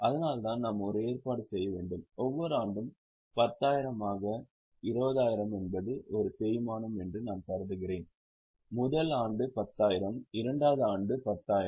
அதனால்தான் நாம் ஒரு ஏற்பாடு செய்ய வேண்டும் ஒவ்வொரு ஆண்டும் 10000 ஆக 20000 என்பது ஒரு தேய்மானம் என்று நான் கருதுகிறேன் முதல் ஆண்டு 10000 இரண்டாம் ஆண்டு 10000